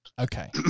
Okay